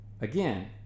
Again